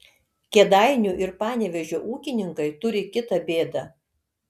kėdainių ir panevėžio ūkininkai turi kitą bėdą